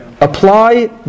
apply